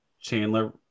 Chandler